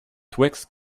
twixt